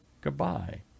goodbye